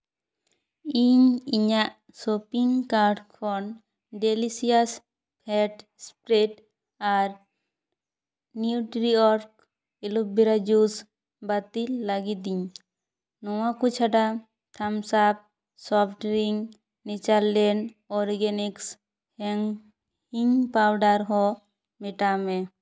ᱤᱧ ᱤᱧᱟᱹᱜ shopping card ᱠᱷᱚᱱ ᱰᱮᱞᱤᱥᱤᱭᱟᱥ ᱯᱷᱮᱰ ᱮᱥᱯᱨᱮᱰ ᱟᱨ ᱱᱤᱭᱩᱴᱨᱤᱭᱚᱨ ᱮᱞᱩᱵᱨᱟ ᱡᱩᱥ ᱵᱟᱹᱛᱤᱞ ᱞᱟᱹᱜᱤᱫᱤᱧ ᱱᱚᱣᱟ ᱠᱚ ᱪᱷᱟᱰᱟ Thums Up soft drink Natureland Organics and hing powder ᱦᱚᱸ ᱢᱮᱴᱟᱣ ᱢᱮ